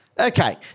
Okay